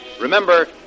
Remember